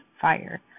fire